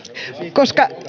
koska